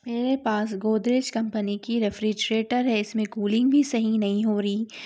میرے پاس گودریج کمپنی کی ریفریجریٹر ہے اس میں کولنگ بھی صحیح نہیں ہو رہی